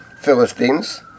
Philistines